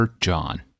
John